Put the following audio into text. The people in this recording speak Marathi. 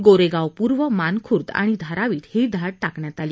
गोरेगाव पूर्व मानखुर्द आणि धारावीत ही धाड टाकण्यात आली